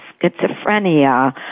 schizophrenia